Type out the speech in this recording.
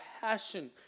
passion